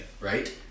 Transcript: right